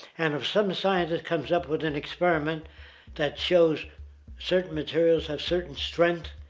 and if some scientist comes up with an experiment that shows certain materials have certain strengths,